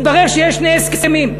התברר שיש שני הסכמים: